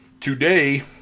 Today